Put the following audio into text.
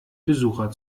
besucher